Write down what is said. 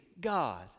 God